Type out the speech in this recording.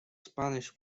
spanish